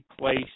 place